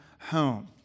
home